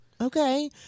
Okay